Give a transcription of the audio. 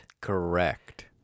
Correct